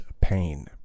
pain